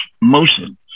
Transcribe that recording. motion